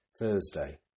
Thursday